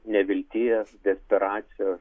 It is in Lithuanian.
nevilties desperacijos